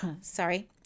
Sorry